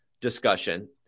discussion